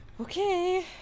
Okay